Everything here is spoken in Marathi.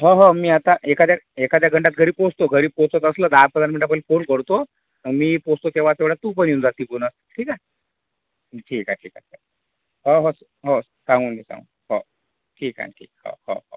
हो हो मी आता एखाद्या एखाद्या घंट्यात घरी पोचतो घरी पोचत असलो दहा पंधरा मिनटा पहिले फोल करतो अन् मी पोचतो तेव्हा तेवढ्यात तू पण येऊन जा तिथून ठीक आहे ठीक आहे ठीक आहे हो हो हो सांगून घे सांगून हो ठीक आहे नं ठीक हो हो हो